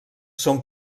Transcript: són